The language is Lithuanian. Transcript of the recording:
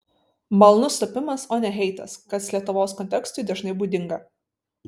malonus sutapimas o ne heitas kas lietuvos kontekstui dažnai būdinga